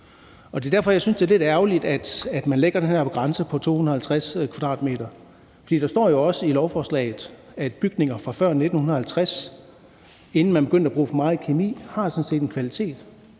Det er derfor, jeg synes, det er lidt ærgerligt, at man sætter den her grænse på 250 m², for der står jo også i lovforslaget, at bygninger fra før 1950, inden man begyndte at bruge for meget kemi, sådan set har en kvalitet,